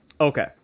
Okay